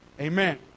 Amen